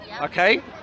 okay